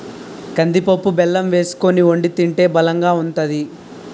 కందిపప్పు బెల్లం వేసుకొని వొండి తింటే బలంగా ఉంతాది